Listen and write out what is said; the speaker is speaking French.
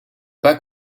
pas